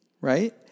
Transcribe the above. right